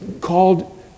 called